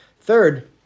Third